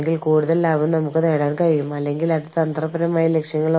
മൊത്തത്തിലുള്ള റിവാർഡ് ആസൂത്രണം സംബന്ധിച്ച് പാരന്റ് കമ്പനി തീരുമാനങ്ങളിൽ അവരെ ഉൾപ്പെടുത്തണം